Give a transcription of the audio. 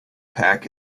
pack